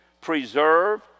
preserve